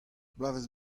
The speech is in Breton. bloavezh